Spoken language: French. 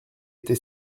était